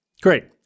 Great